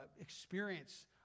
experience